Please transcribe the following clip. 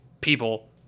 people